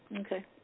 Okay